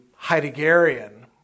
Heideggerian